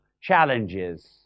Challenges